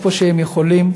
איפה שהם יכולים,